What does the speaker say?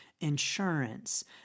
insurance